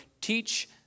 teach